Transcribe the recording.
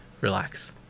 relax